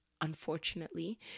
unfortunately